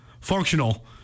functional